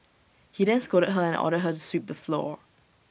he then scolded her and ordered her to sweep the floor